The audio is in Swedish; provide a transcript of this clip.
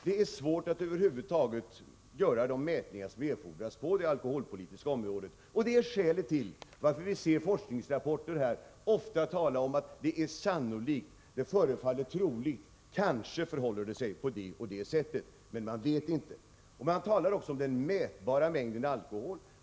Det är svårt att över huvud taget göra de mätningar som erfordras på det alkoholpolitiska området, och det är skälet till att forskningsrapporter ofta talar om att det ”är sannolikt”, det ”förefaller troligt”, ”kanske förhåller det sig” på det och det sättet. Man vet inte. Man talar också om den mätbara mängden alkohol.